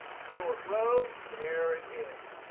sort rows, there it is.